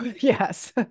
yes